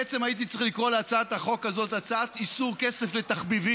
בעצם הייתי צריך לקרוא להצעת החוק הזאת "הצעת חוק איסור כסף לתחביבים",